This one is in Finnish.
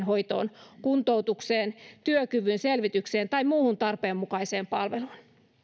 hoitoon kuntoutukseen työkyvyn selvitykseen tai muuhun tarpeenmukaiseen palveluun